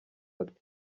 ati